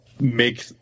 make